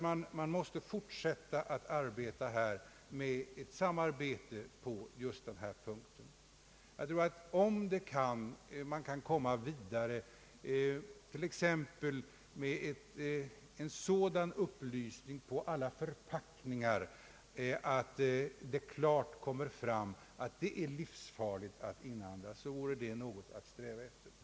Man måste fortsätta med ett samarbete på just denna punkt. Om man kan komma vidare, t.ex. med en sådan upplysning på alla förpackningar att det klart framgår att innehållet är livsfarligt att inandas, så vore det något ati sträva efter.